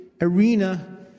arena